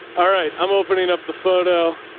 all right. i'm opening up the photo.